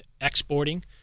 exporting